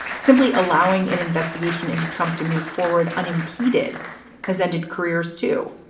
simply allowing an investigation into trump to move forward unimpeded has ended careers, too.